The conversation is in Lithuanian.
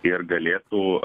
ir galėtų